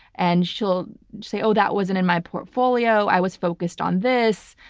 and she'll say, oh, that wasn't in my portfolio. i was focused on this.